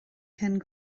cyn